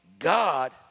God